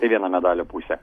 tai viena medalio pusė